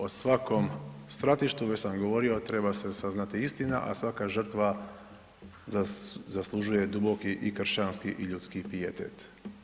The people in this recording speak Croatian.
O svakom stratištu, već sam govorio, treba se saznati istina a svaka žrtva zaslužuje duboki i kršćanski i ljudski pijetet.